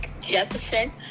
Jefferson